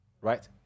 right